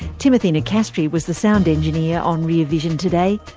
timothy nicastri was the sound engineer on rear vision today.